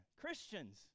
Christians